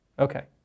Okay